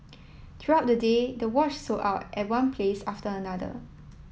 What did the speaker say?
throughout the day the watch sold out at one place after another